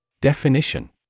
Definition